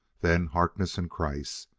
then harkness and kreiss!